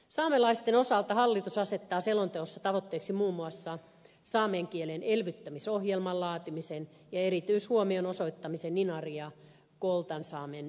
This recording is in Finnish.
saamelaisten osalta hallitus asettaa selonteossa tavoitteeksi muun muassa saamen kielen elvyttämisohjelman laatimisen ja erityishuomion osoittamisen inarin ja koltansaamen säilymiseen